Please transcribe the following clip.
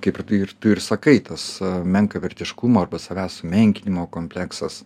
kaip ir tu ir tu ir sakai tas menkavertiškumo arba savęs sumenkinimo kompleksas